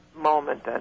moment